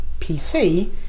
PC